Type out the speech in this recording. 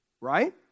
right